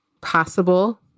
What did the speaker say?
possible